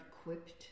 equipped